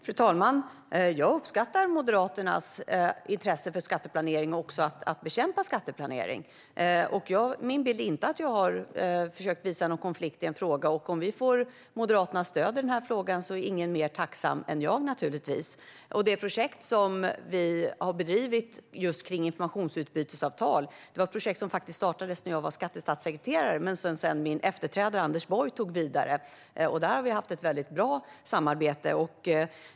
Fru talman! Jag uppskattar Moderaternas intresse för skatteplanering och att bekämpa sådan. Min bild är inte att jag har försökt visa på någon konflikt i en fråga, och om vi får Moderaternas stöd i denna fråga är naturligtvis ingen mer tacksam än jag. Det projekt vi har bedrivit kring just informationsutbytesavtal är ett projekt som faktiskt startades när jag var skattestatssekreterare men som Anders Borg sedan tog vidare. Där har vi haft ett bra samarbete.